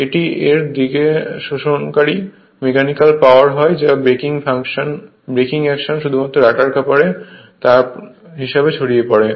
এটি এর দিক শোষণকারী মেকানিকাল পাওয়ার হয় যা ব্রেকিং অ্যাকশনে শুধুমাত্র রটার কপারে তাপ হিসেবে ছড়িয়ে পড়ে